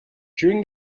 during